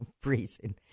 freezing